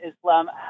Islam